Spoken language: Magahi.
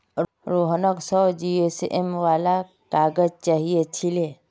रोहनक सौ जीएसएम वाला काग़ज़ चाहिए छिले